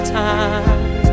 time